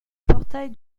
portail